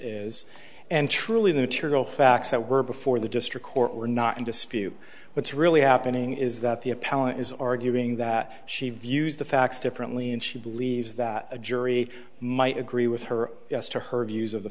is and truly the material facts that were before the district court were not in dispute what's really happening is that the appellant is arguing that she views the facts differently and she believes that a jury might agree with her yes to her views of the